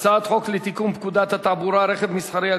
הצעת חוק לתיקון פקודת התעבורה (רכב מסחרי,